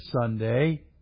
Sunday